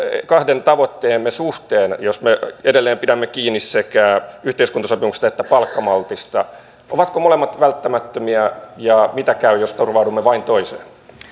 kahden tavoitteemme suhteen jos me edelleen pidämme kiinni sekä yhteiskuntasopimuksesta että palkkamaltista ovatko molemmat välttämättömiä ja miten käy jos turvaudumme vain toiseen